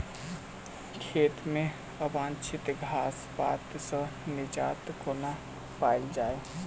खेत मे अवांछित घास पात सऽ निजात कोना पाइल जाइ?